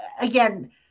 again